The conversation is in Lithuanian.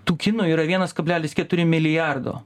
tų kinų yra vienas kablelis keturi milijardo